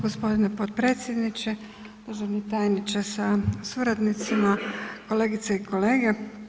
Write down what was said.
Gospodine potpredsjedniče, državni tajniče sa suradnicima, kolegice i kolege.